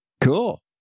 cool